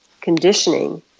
conditioning